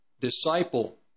disciple